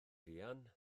fuan